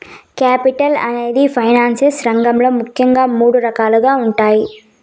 capital అనేది finance రంగంలో ముఖ్యంగా మూడు రకాలుగా ఉన్నాయి